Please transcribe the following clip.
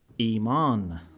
iman